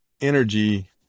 energy